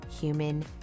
human